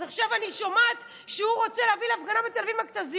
אז עכשיו אני שומעת שהוא רוצה להביא להפגנה בתל אביב מכת"זיות.